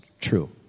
true